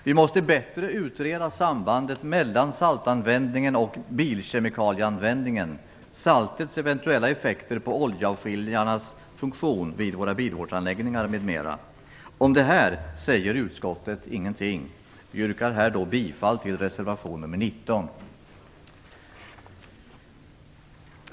Vi måste bättre utreda sambandet mellan saltanvändningen och bilkemikalieanvändningen, saltets eventuella effekter på oljeavskiljarnas funktion vid våra bilvårdsanläggningar, m.m. Om det här säger utskottet ingenting. Jag yrkar bifall till reservation nr 19.